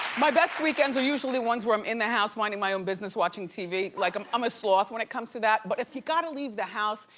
my best weekends are usually ones where i'm in the house minding my own business watching tv. like i'm i'm a sloth when it comes to that, but if you gotta leave the house,